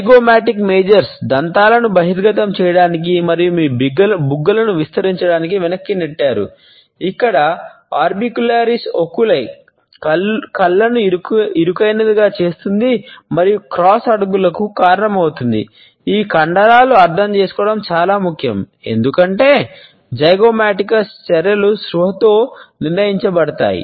zygomaticus majors చర్యలు స్పృహతో నియంత్రించబడతాయి